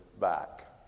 back